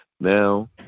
Now